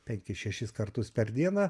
penkis šešis kartus per dieną